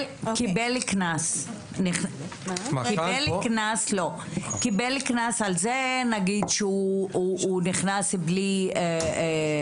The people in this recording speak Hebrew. נניח והוא קיבל קנס על זה שהוא נכנס בלי לשלם.